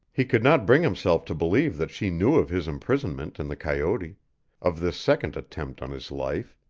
he could not bring himself to believe that she knew of his imprisonment in the coyote of this second attempt on his life.